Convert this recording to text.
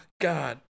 God